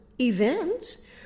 events